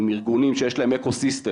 עם ארגונים שיש להם אקוסיסטם,